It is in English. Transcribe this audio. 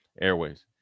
airways